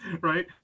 Right